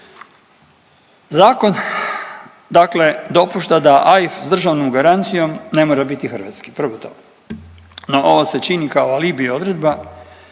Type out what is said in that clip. Zakon dakle dopušta da AIF s državnom garancijom ne mora biti hrvatski, prvo to, no ovo se čini kao alibi odredba.